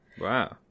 Wow